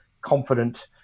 confident